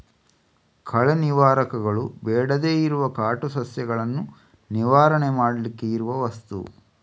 ಕಳೆ ನಿವಾರಕಗಳು ಬೇಡದೇ ಇರುವ ಕಾಟು ಸಸ್ಯಗಳನ್ನ ನಿವಾರಣೆ ಮಾಡ್ಲಿಕ್ಕೆ ಇರುವ ವಸ್ತು